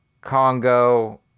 Congo